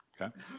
Okay